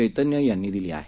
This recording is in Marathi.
चैतन्य यांनी दिली आहे